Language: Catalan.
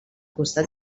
costat